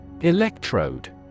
Electrode